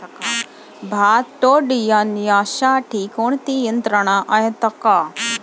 भात तोडण्यासाठी कोणती यंत्रणा आहेत का?